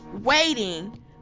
waiting